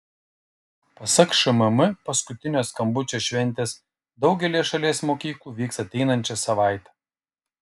pasak šmm paskutinio skambučio šventės daugelyje šalies mokyklų vyks ateinančią savaitę